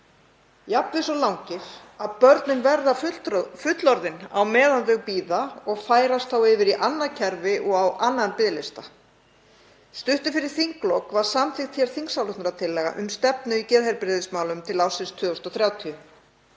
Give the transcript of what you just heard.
jafnvel svo langir að börnin verða fullorðin á meðan þau bíða og færast þá yfir í annað kerfi og á annan biðlista. Stuttu fyrir þinglok var samþykkt hér þingsályktunartillaga um stefnu í geðheilbrigðismálum til ársins 2030.